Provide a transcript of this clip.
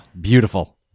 Beautiful